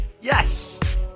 Yes